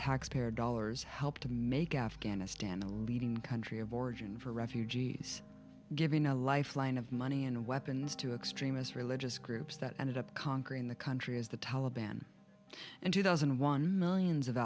taxpayer dollars helped to make afghanistan the leading country of origin for refugees given a lifeline of money and weapons to extremist religious groups that ended up conquering the country as the taliban in two thousand and one millions of